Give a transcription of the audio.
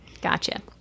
Gotcha